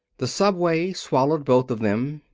the subway swallowed both of them.